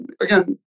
again